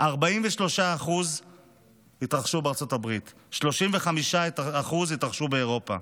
43% התרחשו בארצות הברית, 35% התרחשו באירופה.